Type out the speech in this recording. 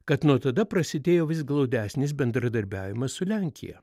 kad nuo tada prasidėjo vis glaudesnis bendradarbiavimas su lenkija